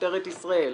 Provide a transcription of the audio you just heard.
משטרת ישראל,